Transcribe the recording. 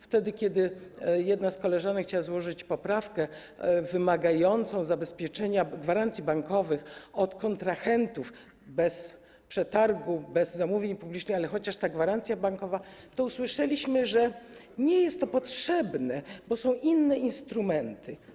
Wtedy, kiedy jedna z koleżanek chciała złożyć poprawkę wymagającą zabezpieczenia gwarancji bankowych od kontrahentów - to będzie bez przetargu, bez zamówień publicznych, ale chociaż z gwarancją bankową - usłyszeliśmy, że nie jest to potrzebne, bo są inne instrumenty.